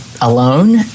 alone